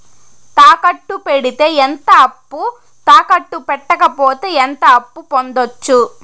తాకట్టు పెడితే ఎంత అప్పు, తాకట్టు పెట్టకపోతే ఎంత అప్పు పొందొచ్చు?